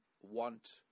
want